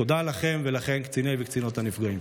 תודה לכם ולכן, קציני וקצינות הנפגעים.